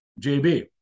JB